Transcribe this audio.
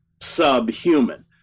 subhuman